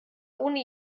ohne